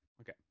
Okay